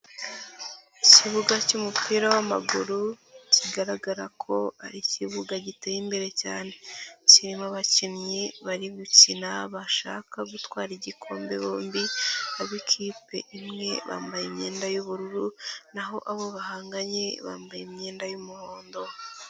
Ikibuga cy'umupira w'amaguru, kigaragara ko ari ikibuga giteye imbere cyane. Kirimo abakinnyi bari gukina bashaka gutwara igikombe bombi, ab'ikipe imwe bambaye imyenda y'ubururu, naho abo bahanganye bambaye imyenda y'umuhondo.